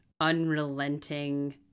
unrelenting